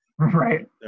right